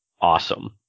awesome